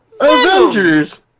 Avengers